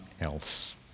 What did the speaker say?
else